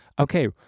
okay